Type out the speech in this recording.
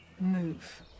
move